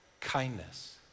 kindness